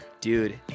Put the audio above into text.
dude